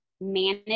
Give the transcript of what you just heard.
manage